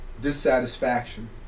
dissatisfaction